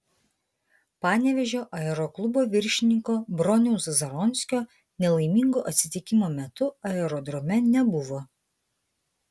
panevėžio aeroklubo viršininko broniaus zaronskio nelaimingo atsitikimo metu aerodrome nebuvo